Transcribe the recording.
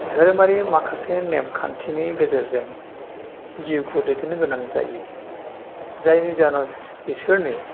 धोरोमारि माखासे नेम खान्थिनि गेजेरजों जिउखौ दैदेननो गोनां जायो जायनि जाहोनाव बिसोरनि